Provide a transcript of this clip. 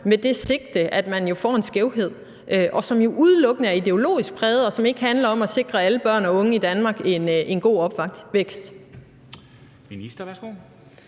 med det sigte, at man jo får en skævhed, og som jo udelukkende er ideologisk præget, og som ikke handler om at sikre alle børn og unge i Danmark en god opvækst.